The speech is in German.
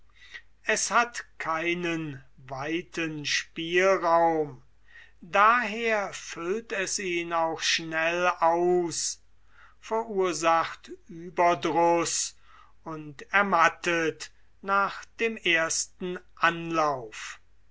es hat keinen weiten spielraum daher füllt es ihn auch schnell aus verursacht ueberdruß und ermattet nach dem ersten anlauf